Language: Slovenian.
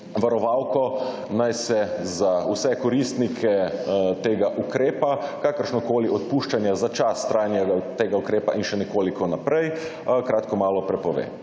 varovalko naj se za vse koristnike tega ukrepa kakršnakoli odpuščanja za čas trajanja tega ukrepa in še nekoliko naprej kratko malo prepove.